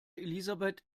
elisabeth